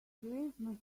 christmas